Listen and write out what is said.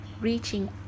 reaching